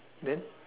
then